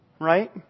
Right